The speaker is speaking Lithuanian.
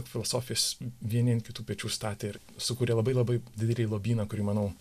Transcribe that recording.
filosofijos vieni ant kitų pečių statė ir sukūrė labai labai didelį lobyną kurį manau